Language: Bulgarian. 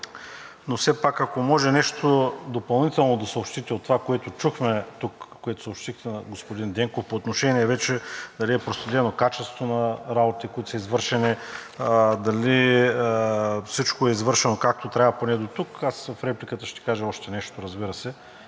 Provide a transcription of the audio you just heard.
Но все пак, ако може нещо допълнително да съобщите от това, което чухме тук, което съобщихте на господин Денков, по отношение вече дали е проследено качеството на работите, които са извършени, дали всичко е извършено както трябва поне дотук. В репликата си ще кажа още нещо, разбира се.